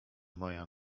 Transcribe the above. moja